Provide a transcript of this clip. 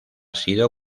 sido